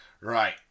Right